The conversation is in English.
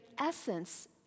essence